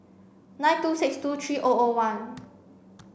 nine two six two three O O one